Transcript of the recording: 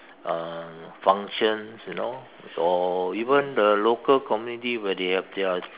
um functions you know or even the local community where they have their